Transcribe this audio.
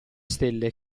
stelle